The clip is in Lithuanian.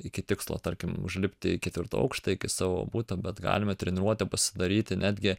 iki tikslo tarkim užlipti į ketvirtą aukštą iki savo buto bet galime treniruotę pasidaryti netgi